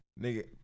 nigga